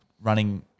running